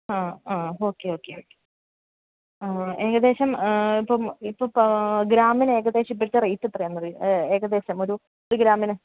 ആ ആ okay okay okay ഏകദേശം ഇപ്പം ഇപ്പം ഇപ്പം ഗ്രാമിന് ഏകദേശം ഇപ്പോഴത്തെ റേറ്റെത്രയാന്ന് അറിയുമോ ഏകദേശം ഒരു ഒരു ഗ്രാമിന്